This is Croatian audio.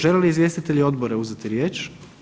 Žele li izvjestitelji odbora uzeti riječ?